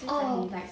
oh